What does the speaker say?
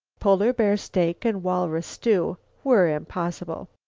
polar bear steak and walrus stew were impossible.